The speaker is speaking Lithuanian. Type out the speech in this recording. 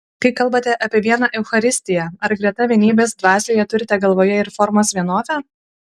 kai kalbate apie vieną eucharistiją ar greta vienybės dvasioje turite galvoje ir formos vienovę